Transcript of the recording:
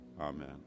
Amen